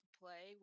play